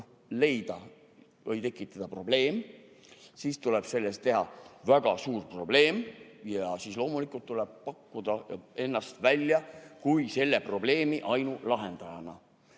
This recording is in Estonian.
leida või tekitada probleem, siis tuleb sellest teha väga suur probleem ja siis tuleb loomulikult pakkuda ennast välja kui selle probleemi ainulahendajat.